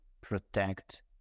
protect